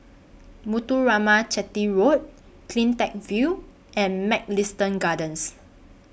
Muthuraman Chetty Road CleanTech View and Mugliston Gardens